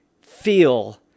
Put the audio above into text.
feel